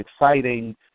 exciting